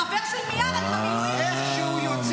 החבר של מיארה --- איך שהוא יוצא,